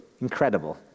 incredible